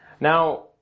Now